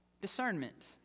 Discernment